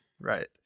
Right